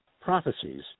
prophecies